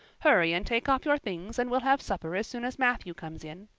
hurry and take off your things, and we'll have supper as soon as matthew comes in.